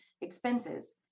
expenses